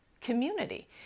community